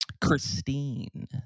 Christine